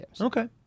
Okay